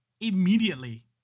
immediately